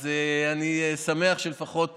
אז אני שמח שלפחות